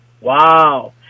wow